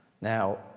now